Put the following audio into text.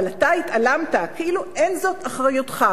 אבל אתה התעלמת, כאילו אין זאת אחריותך.